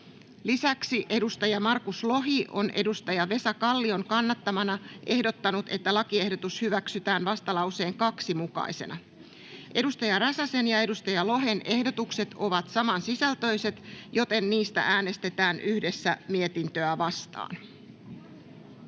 1 mukaisena. Markus Lohi on Vesa Kallion kannattamana ehdottanut, että lakiehdotus hyväksytään vastalauseen 2 mukaisena. Joona Räsäsen ja Markus Lohen ehdotukset ovat samansisältöiset, joten niistä äänestetään yhdessä mietintöä vastaan.